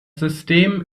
system